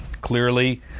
Clearly